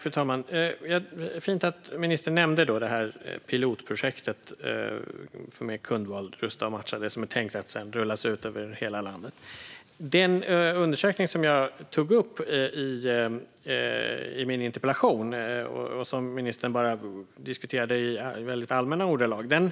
Fru talman! Det är fint att ministern nämnde pilotprojektet Kundval rusta och matcha, som är tänkt att sedan rullas ut över hela landet. Den undersökning som jag tog upp i min interpellation och som ministern bara diskuterade i väldigt allmänna ordalag